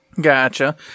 Gotcha